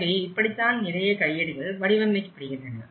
எனவே இப்படித்தான் நிறைய கையேடுகள் வடிவமைக்கப்படுகின்றன